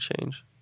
change